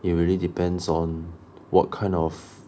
it really depends on what kind of